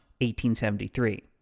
1873